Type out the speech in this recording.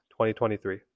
2023